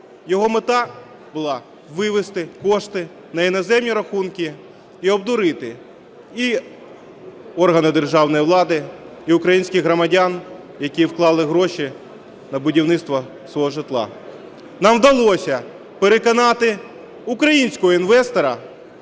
його мета була - вивести кошти на іноземні рахунки і обдурити і органи державної влади, і українських громадян, які вклали гроші на будівництво свого житла. Нам вдалося переконати українського інвестора,